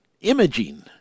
imaging